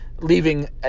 leaving